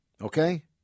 Okay